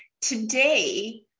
today